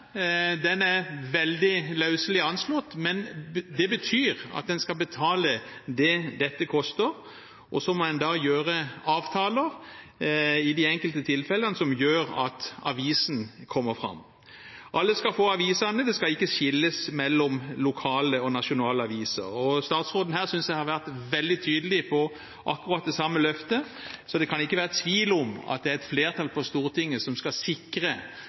Den er veldig løselig anslått, men det betyr at en skal betale det dette koster, og så må en gjøre avtaler i de enkelte tilfellene som gjør at avisen kommer fram. Alle skal få avisene, det skal ikke skilles mellom lokale og nasjonale aviser. Jeg synes statsråden her har vært veldig tydelig på akkurat det samme løftet. Så det kan ikke være tvil om at det er et flertall på Stortinget som skal sikre